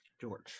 George